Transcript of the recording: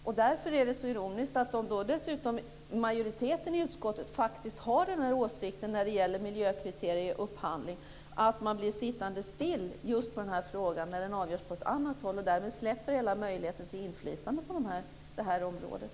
Med tanke på vad majoriteten i utskottet har för åsikt när det gäller miljökriterier och upphandling är det alltså ironiskt så att man blir sittande stilla just i den här frågan, samtidigt som detta avgörs på annat håll. Därmed släpper man hela möjligheten till inflytande på området.